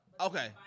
Okay